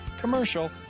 commercial